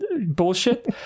bullshit